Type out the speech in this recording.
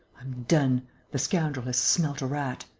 i'm done the scoundrel has smelt a rat.